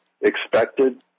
expected